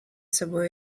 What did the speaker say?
собою